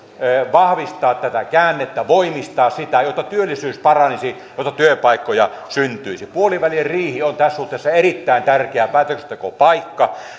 vahvistaa tätä käännettä voimistaa sitä jotta työllisyys paranisi jotta työpaikkoja syntyisi puoliväliriihi on tässä suhteessa erittäin tärkeä päätöksentekopaikka